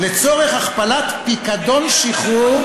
לצורך הכפלת פיקדון שחרור.